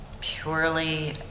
Purely